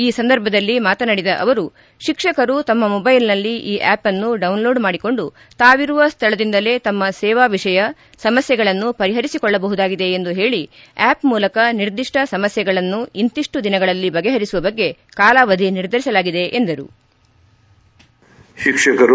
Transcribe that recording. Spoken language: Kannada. ಈ ಸಂದರ್ಭದಲ್ಲಿ ಮಾತನಾಡಿದ ಅವರು ಶಿಕ್ಷಕರು ತಮ್ಮ ಮೊದ್ಟೆಲ್ನಲ್ಲಿ ಈ ಆಪ್ನ್ನು ಡೌನ್ಲೋಡ್ ಮಾಡಿಕೊಂಡು ತಾವಿರುವ ಸ್ಥಳದಿಂದಲೇ ತಮ್ನ ಸೇವಾ ವಿಷಯ ಸಮಸ್ಥೆಗಳನ್ನು ಪಂಪರಿಸಿಕೊಳ್ಳಬಹುದಾಗಿದೆ ಎಂದು ಹೇಳಿ ಆಪ್ ಮೂಲಕ ನಿರ್ದಿಷ್ಟ ಸಮಸ್ಥೆಗಳನ್ನು ಇಂತಿಷ್ಟು ದಿನಗಳಲ್ಲಿ ಬಗೆಹರಿಸುವ ಬಗ್ಗೆ ಕಾಲಾವಧಿ ನಿರ್ಧರಿಸಲಾಗಿದೆ ಎಂದರು